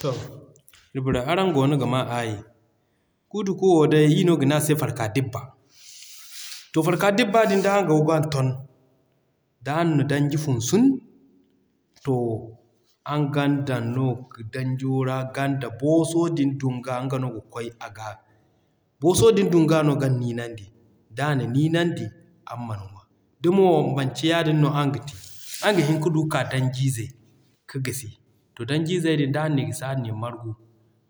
To iri borey araŋ goono ga maa aayi. Kuudakaku wo day iri no gane a se Farka dibba. To farka dibba din da araŋ goo g'a ton, da araŋ na danji funsu, to araŋ gan dan no danjo ra ganda booso din dunga no nga no ga kwaay aga, booso din dunga no gan niinandi. D'a na niinandi, araŋ man ŋwa. Da mo manci yaadin no araŋ gate, araŋ ga hin ka du k'a danji ze ka gisi, to danji zey din da araŋ ni gisi araŋ ni margu,